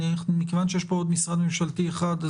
מכיוון שיש פה עוד משרד ממשלתי אחד,